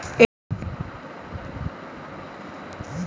ATM কার্ডের মাধ্যমে টাকা জমা দেওয়া সম্ভব?